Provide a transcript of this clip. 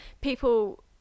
people